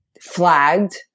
flagged